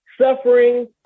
suffering